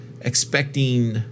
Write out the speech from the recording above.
expecting